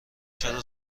چرا